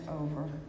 over